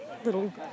little